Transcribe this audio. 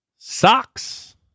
Socks